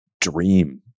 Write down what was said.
dream